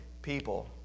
People